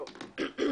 צהריים טובים